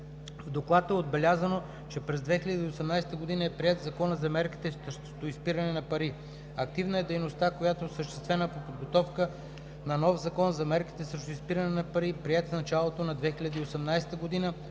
В Доклада е отбелязано, че през 2018 г. е приет Законът за мерките срещу изпирането на пари. Активна е дейността, която е осъществена по подготовка на нов Закон за мерките срещу изпиране на пари, приет в началото на 2018 г.,